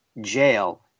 jail